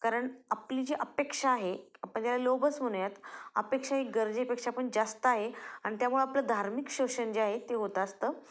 कारण आपली जी अपेक्षा आहे आपण त्याला लोभच म्हणूयात अपेक्षा एक गरजेपेक्षा पण जास्त आहे आणि त्यामुळं आपलं धार्मिक शोषण जे आहे ते होत असतं